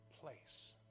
place